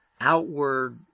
outward